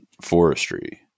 forestry